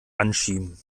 anschieben